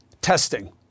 Testing